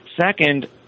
Second